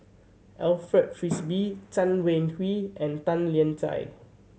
Alfred Frisby Chen Wen Hsi and Tan Lian Chye